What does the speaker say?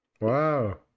Wow